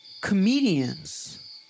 Comedians